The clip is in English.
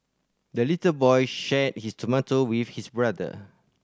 the little boy shared his tomato with his brother